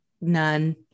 none